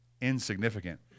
insignificant